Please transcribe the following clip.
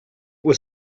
was